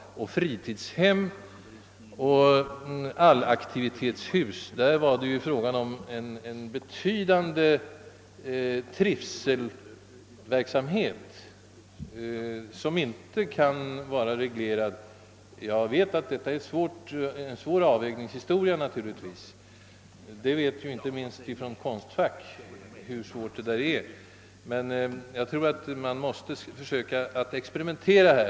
Vad gäller fritidshem och allaktivitetshus däremot är det där fråga om en aktiv trivselverksamhet, och denna kan inte vara särskilt ingående reglerad. Jag vet att detta naturligtvis är en svår avvägningshistoria — inte minst från Konstfack känner man svårigheterna — men här måste vi försöka att experimentera.